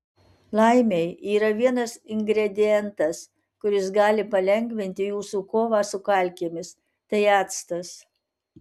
laimei yra vienas ingredientas kuris gali palengvinti jūsų kovą su kalkėmis tai actas